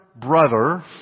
brother